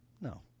No